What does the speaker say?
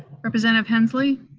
representative hensley?